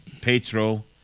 petro